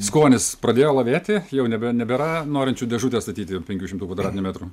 skonis pradėjo lavėti jau nebe nebėra norinčių dėžutę statyti penkių šimtų kvadratinių metrų